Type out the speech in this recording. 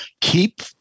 Keep